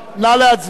קריאה שנייה,